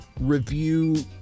review